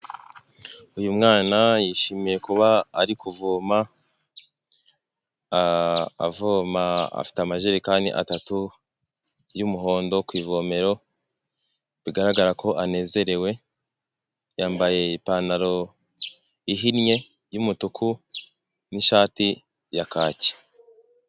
Uyu mwana yishimiye kuba ari kuvoma, avoma afite amajerekani atatu y'umuhondo ku ivomero, bigaragara ko anezerewe yambaye ipantaro ihinnye y'umutuku n'ishati ya kaki.